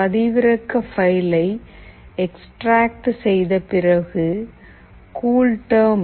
பதிவிறக்க பைலை எக்ஸ்ட்ரேக்ட் செய்த பிறகு கூல்டெர்ம்